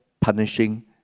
punishing